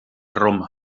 roma